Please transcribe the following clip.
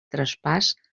traspàs